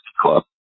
club